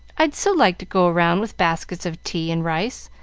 i'd so like to go round with baskets of tea and rice,